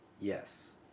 Yes